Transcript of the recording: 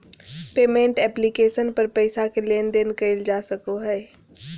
payment application पर पैसा के लेन देन कइल जा सको हइ